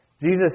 Jesus